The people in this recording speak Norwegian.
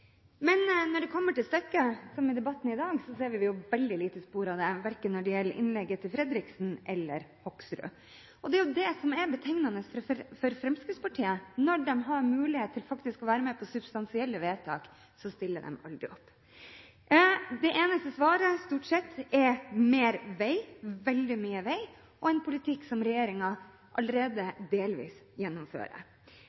Men når det kommer til stykket, som i debatten i dag, ser vi veldig lite spor av det, verken i innlegget til Fredriksen eller til Hoksrud. Og det er jo det som er betegnende for Fremskrittspartiet: Når de har mulighet til faktisk å være med på substansielle vedtak, stiller de aldri opp. Det eneste svaret, stort sett, er mer vei, veldig mye vei, og en politikk som regjeringen allerede